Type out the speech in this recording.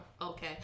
Okay